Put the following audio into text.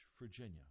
Virginia